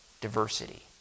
diversity